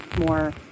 more